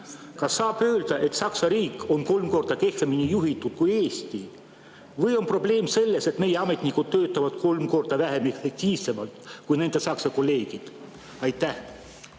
Kas saab öelda, et Saksa riik on kolm korda kehvemini juhitud kui Eesti? Või on probleem selles, et meie ametnikud töötavad kolm korda vähem efektiivselt kui nende Saksa kolleegid? Aitäh,